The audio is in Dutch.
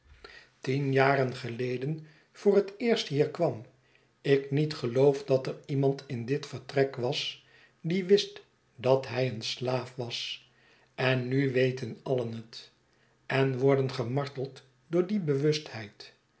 tien jaren schetsen van boz geleden voor het eerst hier kwam ik niet geloof dat er iemand in dit vertrek was die wist dat hij een slaaf was en nu weten alien het en worden gemarteld door die